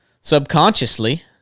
subconsciously